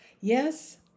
Yes